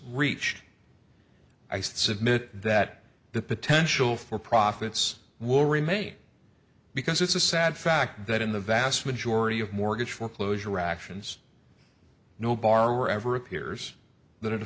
reach i submit that the potential for profits will remain because it's a sad fact that in the vast majority of mortgage foreclosure actions no borrower ever appears that